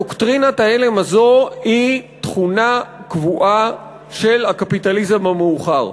דוקטרינת ההלם הזאת היא תכונה קבועה של הקפיטליזם המאוחר.